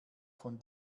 von